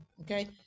okay